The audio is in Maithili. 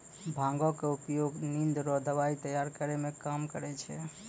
भांगक उपयोग निंद रो दबाइ तैयार करै मे काम करै छै